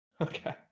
okay